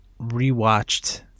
rewatched